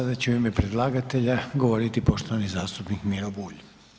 Sada će u ime predlagatelja govoriti poštovani zastupnik Miro Bulj.